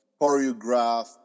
choreograph